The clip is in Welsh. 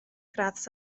gradd